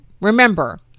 remember